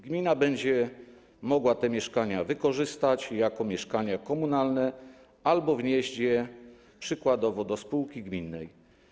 Gmina będzie mogła te mieszkania wykorzystać jako mieszkania komunalne albo wnieść je przykładowo do spółki gminnej.